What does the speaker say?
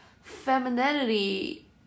femininity